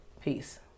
Peace